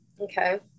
Okay